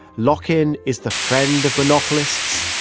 lock-in is the friend of monopolists,